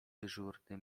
dyżurny